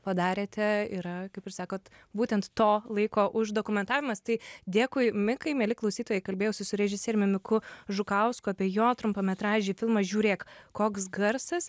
padarėte yra kaip sakot būtent to laiko uždokumentavimas tai dėkui mikai mieli klausytojai kalbėjausi su režisieriumi miku žukausku apie jo trumpametražį filmą žiūrėk koks garsas